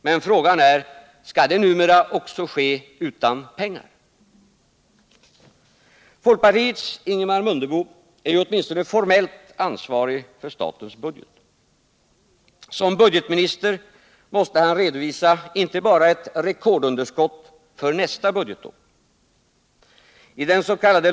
Men frågan är: Skall det numera också ske utan pengar? Folkpartiets Ingemar Mundebo är ju åtminstone formellt ansvarig för statens budget. Som budgetminister måste han redovisa inte bara ett rekordunderskott för nästa budgetår. I dens.k.